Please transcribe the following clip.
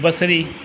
बसरी